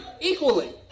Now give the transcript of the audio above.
equally